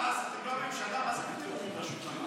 מה זה בתיאום עם רשויות המס?